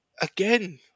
again